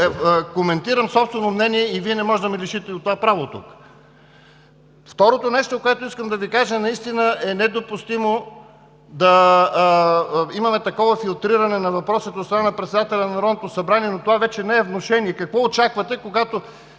коментирам собствено мнение и Вие не можете да ме лишите от това право тук. Второ, което искам да Ви кажа. Наистина е недопустимо да имаме такова филтриране на въпросите от страна на председателя на Народното събрание, но това вече не е внушение. Какво очаквате, когато